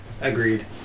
Agreed